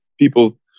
people